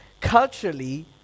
Culturally